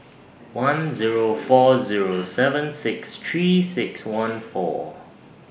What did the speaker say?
one Zero four Zero seven six three six one four